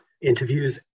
interviews